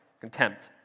Contempt